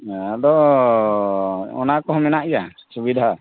ᱟᱫᱚ ᱚᱱᱟ ᱠᱚᱦᱚᱸ ᱢᱮᱱᱟᱜ ᱜᱮᱭᱟ ᱥᱩᱵᱤᱫᱷᱟ